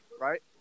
Right